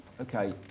Okay